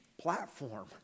platform